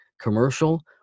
commercial